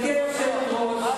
את עשית בשביל הקולנוע?